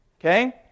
Okay